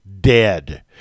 dead